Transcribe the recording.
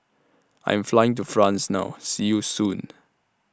I Am Flying to France now See YOU Soon